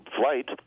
flight